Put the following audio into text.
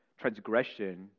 transgression